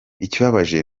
ikibabaje